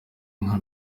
nka